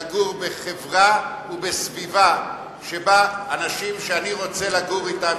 לגור בחברה ובסביבה שבה אנשים שאני רוצה לגור אתם,